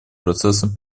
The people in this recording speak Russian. процессом